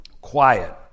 quiet